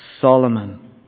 Solomon